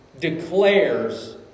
Declares